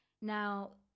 Now